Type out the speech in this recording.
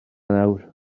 nawr